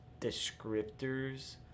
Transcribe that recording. descriptors